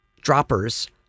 droppers